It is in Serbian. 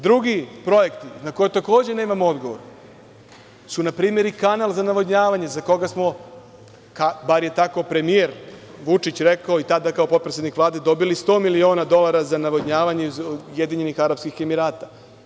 Drugi projekti na koje takođe nemamo odgovor je npr. i kanal za navodnjavanje, za koga smo, bar je tako premijer Vučić rekao i tada kao potpredsednik Vlade, dobili 100 miliona dolara za navodnjavanje iz UAE.